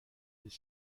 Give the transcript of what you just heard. des